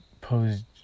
posed